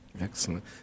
Excellent